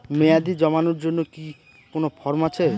মেয়াদী জমানোর জন্য কি কোন ফর্ম আছে?